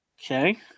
Okay